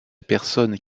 personne